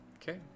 Okay